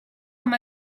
amb